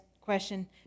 question